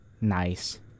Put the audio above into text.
Nice